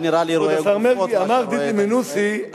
אמר דידי מנוסי,